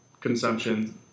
consumption